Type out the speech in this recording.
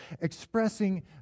expressing